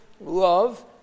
love